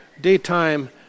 daytime